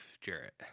Jarrett